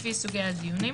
לפי סוגי הדיונים.